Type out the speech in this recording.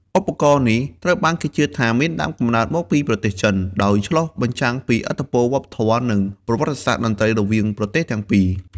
ឧបករណ៍នេះត្រូវបានគេជឿថាមានដើមកំណើតមកពីប្រទេសចិន ដោយឆ្លុះបញ្ចាំងពីឥទ្ធិពលវប្បធម៌ និងប្រវត្តិសាស្ត្រតន្ត្រីរវាងប្រទេសទាំងពីរ។